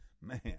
Man